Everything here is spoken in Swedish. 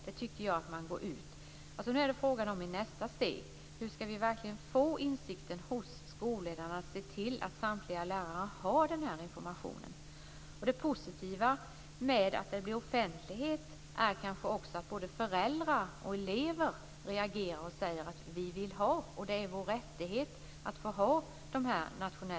Nu är det fråga om hur vi i nästa steg verkligen får skolledarna att se till att samtliga lärare har den här informationen. Det positiva med att det här ges offentlighet är kanske också att både föräldrar och elever reagerar och säger: Vi vill ha nationella prov, och det är vår rättighet att ha dem.